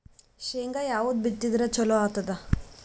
ಶೇಂಗಾ ಯಾವದ್ ಬಿತ್ತಿದರ ಚಲೋ ಆಗತದ?